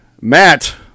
Matt